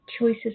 choices